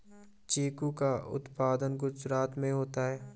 चीकू का उत्पादन गुजरात में होता है